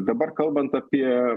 dabar kalbant apie